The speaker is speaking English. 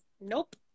Nope